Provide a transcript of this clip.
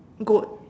goat